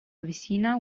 avicenna